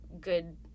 good